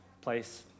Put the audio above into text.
place